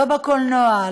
לא בקולנוע,